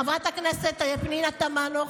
חברת הכנסת פנינה תמנו,